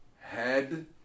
head